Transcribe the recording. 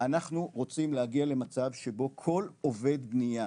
אנחנו רוצים להגיע למצב שבו כל עובד בנייה,